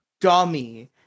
dummy